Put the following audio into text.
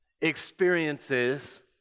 experiences